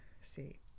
See